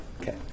Okay